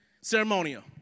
ceremonial